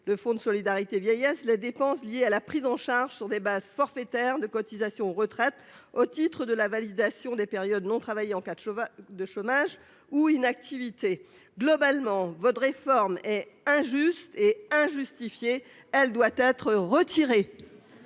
Le fonds de solidarité vieillesse, les dépenses liées à la prise en charge sur des bases forfaitaires de cotisations retraite au titre de la validation des périodes non travaillées en quatre chauvin de chômage ou inactivité globalement vaudrait forme et injuste et injustifiée. Elle doit être retirée.